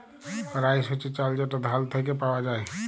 rice হছে চাল যেট ধাল থ্যাইকে পাউয়া যায়